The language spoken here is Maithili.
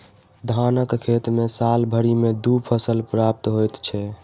धानक खेत मे साल भरि मे दू फसल प्राप्त होइत छै